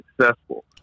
successful